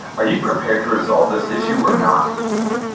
are you prepared to resolve this issue or not?